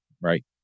right